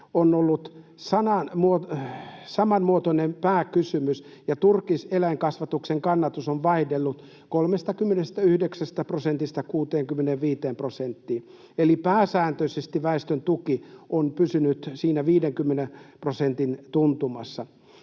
on ollut samanmuotoinen pääkysymys, ja turkiseläinkasvatuksen kannatus on vaihdellut 39 prosentista 65 prosenttiin, eli pääsääntöisesti väestön tuki on pysynyt siinä 50 prosentin tuntumassa.